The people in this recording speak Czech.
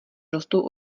rostou